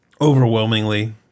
overwhelmingly